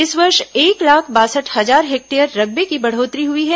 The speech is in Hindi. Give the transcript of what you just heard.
इस वर्ष एक लाख बासठ हजार हेक्टेयर रकबे की बढ़ोत्तरी हुई है